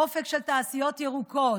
אופק של תעשיות ירוקות,